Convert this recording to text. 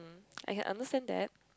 I can understand that